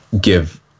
give